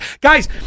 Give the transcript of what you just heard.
Guys